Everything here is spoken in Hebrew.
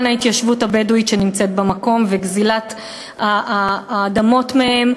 ההתיישבות הבדואית שנמצאת במקום וגזלת האדמות מהם,